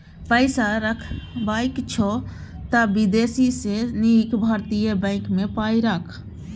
पैसा रखबाक छौ त विदेशी सँ नीक भारतीय बैंक मे पाय राख